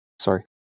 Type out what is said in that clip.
sorry